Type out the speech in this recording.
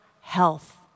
health